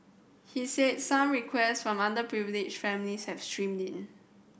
he said some requests from underprivileged families have streamed in